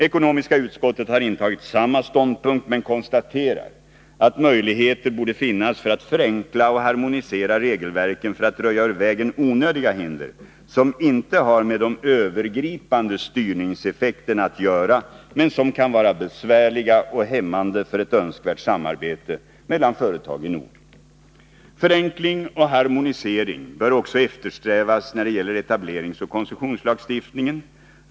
Ekonomiska utskottet har intagit samma ståndpunkt men konstaterar att möjligheter borde finnas för att förenkla och harmonisera regelverken för att röja ur vägen onödiga hinder, som inte har med de övergripande styrningseffekterna att göra men som kan vara besvärliga och hämmande för ett önskvärt samarbete mellan företag i Norden. Förenkling och harmonisering bör också eftersträvas när det gäller etableringsoch koncessionslagstiftningen.